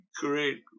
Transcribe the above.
great